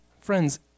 Friends